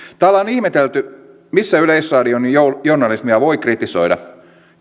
ihmetelty missä yleisradion journalismia voi kritisoida